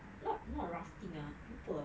not not rafting ah lupa ah